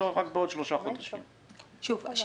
שוב, השאלה האם המצב שלו דחוף או לא?